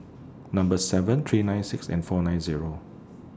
Number seven three nine six and four nine Zero